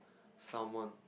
salmon